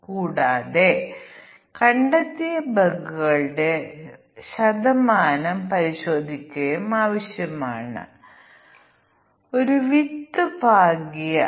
കൂടാതെ കുറയ്ക്കലിന്റെ എണ്ണവും ആവശ്യമായ ടെസ്റ്റ് കേസുകളുടെ എണ്ണവും ശരിക്കും നാടകീയമാണ്